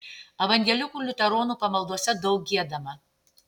evangelikų liuteronų pamaldose daug giedama